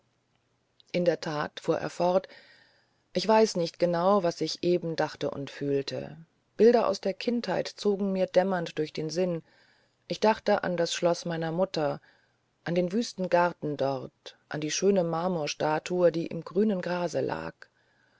in der tat fuhr er fort ich weiß nicht genau was ich eben dachte und fühlte bilder aus der kindheit zogen mir dämmernd durch den sinn ich dachte an das schloß meiner mutter an den wüsten garten dort an die schöne marmorstatue die im grünen grase lag